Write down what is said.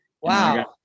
wow